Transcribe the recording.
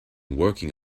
working